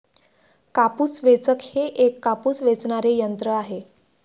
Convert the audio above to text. कापूस वेचक हे एक कापूस वेचणारे यंत्र आहे